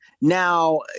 Now